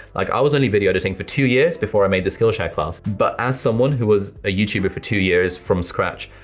like i was only video editing for two years before i made the skillshare class, but as someone who was a youtuber for two years from scratch,